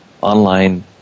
online